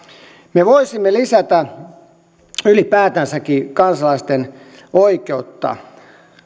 me voisimme lisätä ylipäätänsäkin kansalaisten oikeutta